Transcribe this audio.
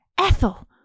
Ethel